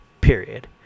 period